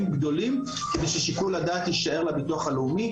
גדולים כדי ששיקול הדעת יישאר לביטוח הלאומי.